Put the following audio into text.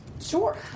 Sure